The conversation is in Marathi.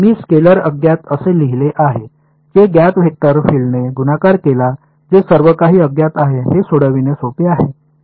मी स्केलर अज्ञात असे लिहिले आहे जे ज्ञात वेक्टर फील्डने गुणाकार केला जे सर्वकाही अज्ञात आहे हे सोडविणे सोपे आहे